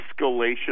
escalation